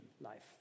life